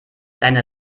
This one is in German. deine